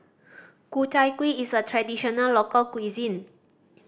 Ku Chai Kuih is a traditional local cuisine